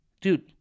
dude